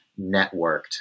networked